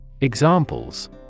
Examples